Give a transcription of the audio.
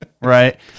right